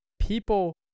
People